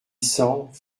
cent